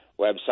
website